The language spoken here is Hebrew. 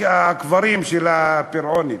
הקברים של הפרעונים.